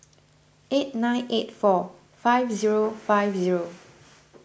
eight nine eight four five zero five zero